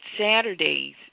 Saturdays